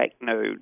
no